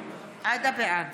בעד